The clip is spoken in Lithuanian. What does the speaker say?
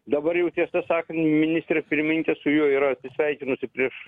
dabar jau tiesą sakant ministrė pirmininkė su juo yra atsisveikinusi prieš